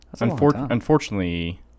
Unfortunately